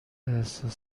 احساس